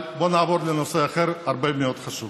אבל נעבור לנושא אחר, הרבה יותר חשוב.